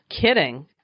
kidding